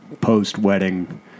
post-wedding